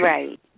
Right